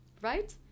right